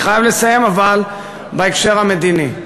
אני חייב לסיים, אבל בהקשר המדיני,